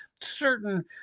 certain